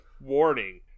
Warning